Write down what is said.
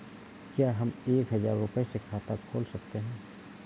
क्या हम एक हजार रुपये से खाता खोल सकते हैं?